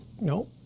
No